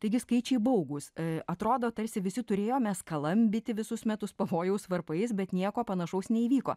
taigi skaičiai baugūs atrodo tarsi visi turėjome skalambyti visus metus pavojaus varpais bet nieko panašaus neįvyko